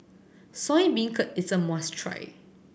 Soya Beancurd is a must try